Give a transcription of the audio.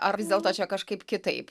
ar vis dėlto čia kažkaip kitaip